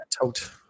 Tote